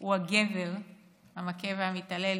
הוא הגבר המכה והמתעלל,